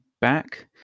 back